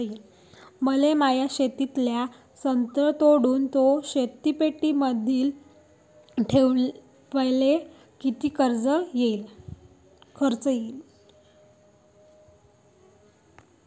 मले माया शेतातला संत्रा तोडून तो शीतपेटीमंदी ठेवायले किती खर्च येईन?